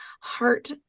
heart